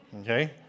Okay